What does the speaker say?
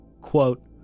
Quote